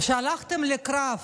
כשהלכתם לקרב